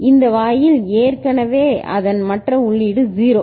எனவே இந்த வாயில் ஏற்கனவே அதன் மற்ற உள்ளீடு 0